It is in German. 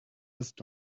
ist